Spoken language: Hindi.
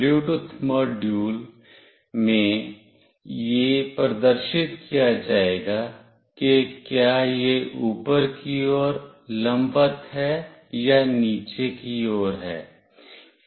ब्लूटूथ मॉड्यूल में यह प्रदर्शित किया जाएगा कि क्या यह ऊपर की ओर लंबवत हो या यह नीचे की ओर है